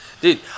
Dude